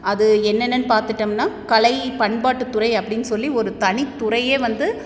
அது என்னென்ன பார்த்துட்டோம்ன்னா கலை பண்பாட்டுத்துறை அப்படின் சொல்லி ஒரு தனித்துறையே வந்து